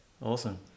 Awesome